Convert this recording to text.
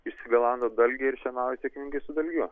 išsigalandau dalgį ir šienauju sėkmingai su dalgiu